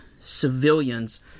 civilians